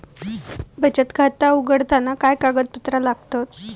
बचत खाता उघडताना काय कागदपत्रा लागतत?